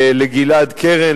לגלעד קרן,